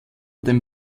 dem